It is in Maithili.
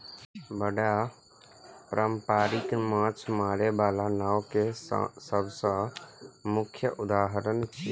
बेड़ा पारंपरिक माछ मारै बला नाव के सबसं मुख्य उदाहरण छियै